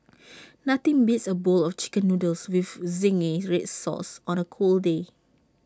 nothing beats A bowl of Chicken Noodles with Zingy Red Sauce on A cold day